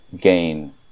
gain